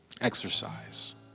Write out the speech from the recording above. exercise